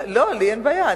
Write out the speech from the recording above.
לא, לי אין בעיה.